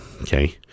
okay